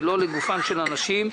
ולא לגופם של אנשים.